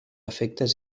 efectes